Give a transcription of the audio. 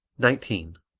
nineteen.